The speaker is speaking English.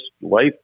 life